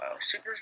super